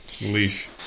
leash